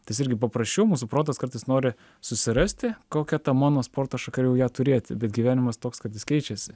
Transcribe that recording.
tas irgi paprasčiau mūsų protas kartais nori susirasti kokią tą mano sporto šaką ir jau ją turėti bet gyvenimas toks kad jis keičiasi